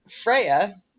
Freya